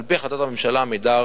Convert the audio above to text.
על-פי החלטת הממשלה "עמידר"